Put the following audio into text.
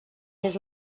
his